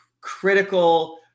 critical